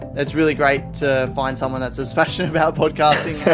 it's really great to find someone that's as passionate about podcasting yeah